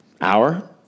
Hour